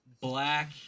black